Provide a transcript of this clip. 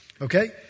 Okay